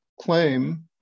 claim